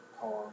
car